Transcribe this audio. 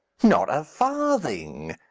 not a farthing!